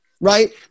right